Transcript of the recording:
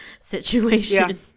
situation